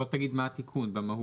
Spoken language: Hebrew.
בוא תגיד מה התיקון במהות.